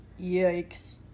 yikes